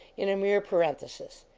in a mere parenthesis.